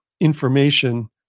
information